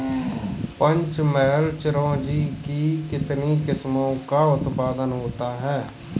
पंचमहल चिरौंजी की कितनी किस्मों का उत्पादन होता है?